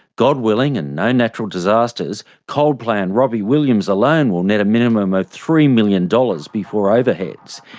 god willing and no natural disasters coldplay and robbie williams alone will net a minimum of three million dollars before overheads.